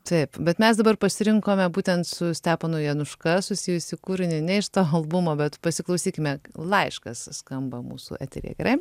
taip bet mes dabar pasirinkome būtent su steponu januška susijusį kūrinį ne iš to albumo bet pasiklausykime laiškas skamba mūsų eteryje gerai